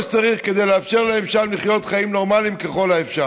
שצריך כדי לאפשר להם שם לחיות חיים נורמליים ככל האפשר.